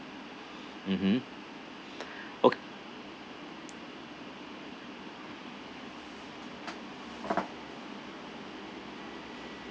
mmhmm oh